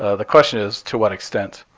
ah the question is to what extent,